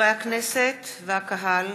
חברי הכנסת והקהל